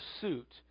pursuit